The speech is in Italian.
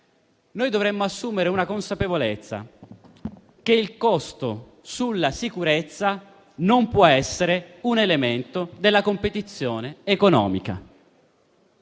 Noi dovremmo essere consapevoli che il costo della sicurezza non può essere un elemento di competizione economica.